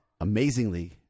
amazingly